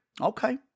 Okay